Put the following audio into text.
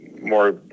More